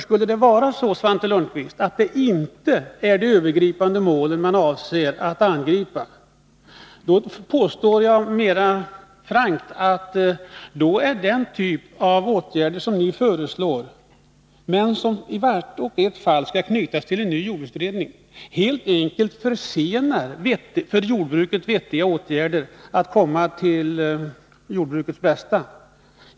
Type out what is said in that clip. Skulle det vara så, Svante Lundkvist, att det inte är de övergripande målen ni avser att angripa, påstår jag mera frankt att det ni föreslår helt enkelt försenar för jordbruket vettiga åtgärder, som kan bli till jordbrukets bästa.